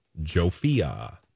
Jofia